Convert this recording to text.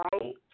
right